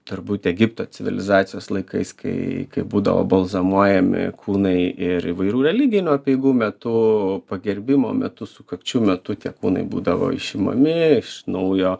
turbūt egipto civilizacijos laikais kai būdavo balzamuojami kūnai ir įvairių religinių apeigų metu pagerbimo metu sukakčių metu tie kūnai būdavo išimami iš naujo